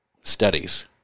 studies